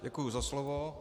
Děkuji za slovo.